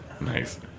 Nice